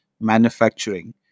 manufacturing